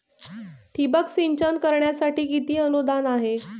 ठिबक सिंचन करण्यासाठी किती अनुदान आहे?